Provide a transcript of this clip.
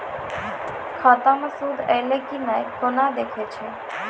खाता मे सूद एलय की ने कोना देखय छै?